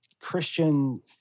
Christian